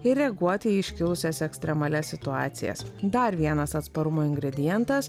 ir reaguoti į iškilusias ekstremalias situacijas dar vienas atsparumo ingredientas